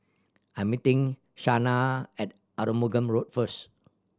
I'm meeting Shanna at Arumugam Road first